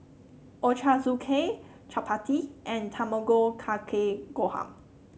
Ochazuke Chapati and Tamago Kake Gohan